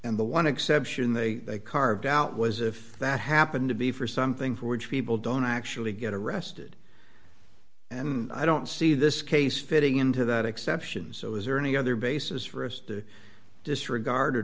and the one exception they carved out was if that happened to be for something for which people don't actually get arrested and i don't see this case fitting into that exception so is there any other basis for us to disregard or